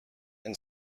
and